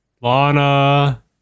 Lana